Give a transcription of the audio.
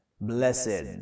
blessed